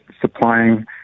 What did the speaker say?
supplying